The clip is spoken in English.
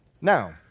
Now